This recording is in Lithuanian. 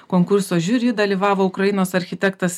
konkurso žiuri dalyvavo ukrainos architektas